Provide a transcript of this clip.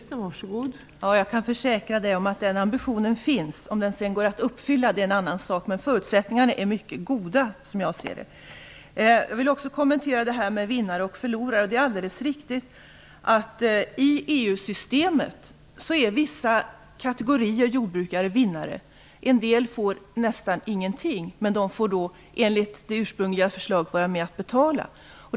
Fru talman! Jag kan försäkra Lars Stjernkvist att den ambitionen finns. Om den sedan går att uppfylla är en annan sak. Men förutsättningarna är mycket goda, som jag ser det. Jag vill också kommentera det som sades om vinnare och förlorare. Det är alldeles riktigt att vissa kategorier jordbrukare är vinnare i EU-systemet. En del får nästan ingenting. Men enligt det ursprungliga förslaget får de ändå vara med och betala.